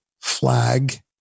flag